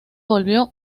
volvió